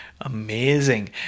Amazing